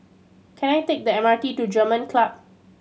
can I take the M R T to German Club